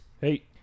Hey